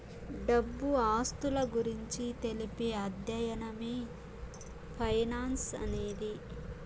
డబ్బు ఆస్తుల గురించి తెలిపే అధ్యయనమే ఫైనాన్స్ అనేది